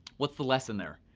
what's the lesson there,